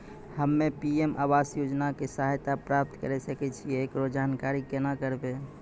हम्मे पी.एम आवास योजना के सहायता प्राप्त करें सकय छियै, एकरो जानकारी केना करबै?